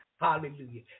Hallelujah